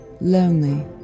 lonely